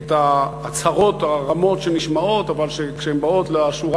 את ההצהרות הרמות שנשמעות אבל כשהן באות לשורה